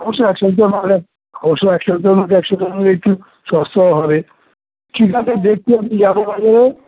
অবশ্য এক সপ্তাহের মাছ অবশ্য এক সপ্তাহের মাছ একসাথে আনলে একটু সস্তাও হবে ঠিক আছে দেখি আমি যাব বাজারে